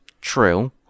True